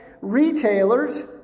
retailers